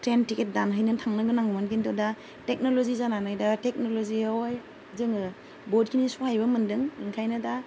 train ticket दानहैनो थांनो गोनांमोन किन्तु दा टेक्न'ल'जि जानानै दा टेक्न'ल'जियावहाय जोङो बहुतखिनि सहायबो मोन्दों ओंखायनो दा